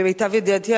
למיטב ידיעתי,